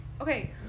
Okay